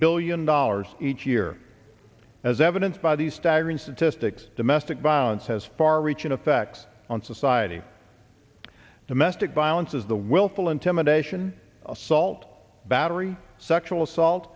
billion dollars each year as evidence by these staggering statistics domestic violence has far reaching effects on society domestic violence is the willful intimidation assault battery sexual assault